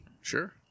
Sure